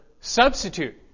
substitute